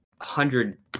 hundred